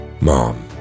mom